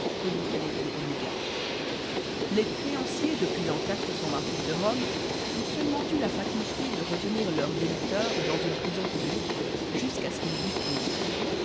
de obligat les créanciers depuis l'an de rome ont seulement eu la faculté de retenir leurs débiteurs dans une prison publique jusqu'à ce qu'ils eussent payé